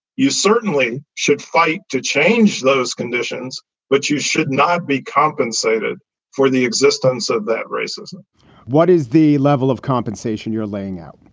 you certainly should fight to change those conditions but you should not be compensated for the existence of that racism what is the level of compensation you're laying out?